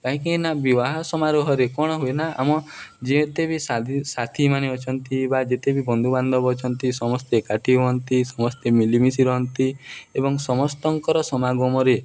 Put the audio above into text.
କାହିଁକିିନା ବିିବାହ ସମାରୋହରେ କ'ଣ ହୁଏ ନା ଆମ ଯେତେ ବି ସାଥିୀମାନେ ଅଛନ୍ତି ବା ଯେତେ ବି ବନ୍ଧୁବାନ୍ଧବ ଅଛନ୍ତି ସମସ୍ତେ ଏକାଠି ହୁଅନ୍ତି ସମସ୍ତେ ମିଲିମିଶି ରହନ୍ତି ଏବଂ ସମସ୍ତଙ୍କର ସମାଗମରେ